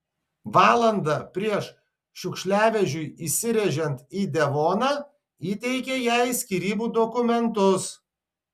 valandą prieš šiukšliavežiui įsirėžiant į devoną įteikė jai skyrybų dokumentus